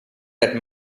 that